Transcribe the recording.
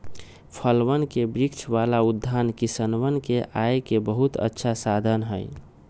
फलवन के वृक्ष वाला उद्यान किसनवन के आय के बहुत अच्छा साधन हई